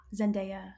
Zendaya